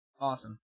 Awesome